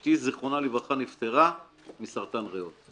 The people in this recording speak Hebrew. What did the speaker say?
אשתי זיכרונה לברכה נפטרה מסרטן ריאות.